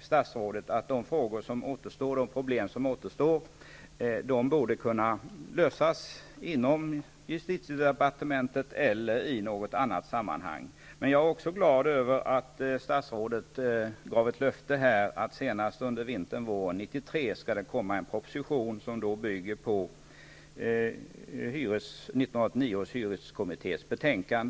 statsrådet om att de problem som återstår borde kunna lösas inom justitiedepartementet eller i något annat sammanhang. Jag är också glad över att statsrådet gav ett löfte att det skall komma en proposition senast under vintern/våren 1993, en proposition som bygger på 1989 års hyreskommittés betänkande.